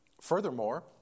Furthermore